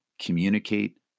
communicate